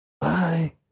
Bye